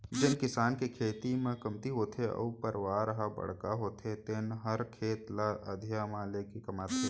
जेन किसान के खेती ह कमती होथे अउ परवार ह बड़का होथे तेने हर खेत ल अधिया म लेके कमाथे